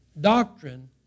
Doctrine